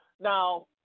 now